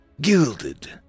gilded